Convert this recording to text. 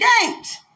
games